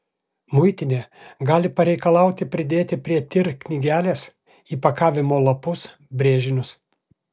muitinė gali pareikalauti pridėti prie tir knygelės įpakavimo lapus brėžinius